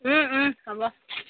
হ'ব